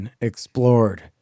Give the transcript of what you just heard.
Explored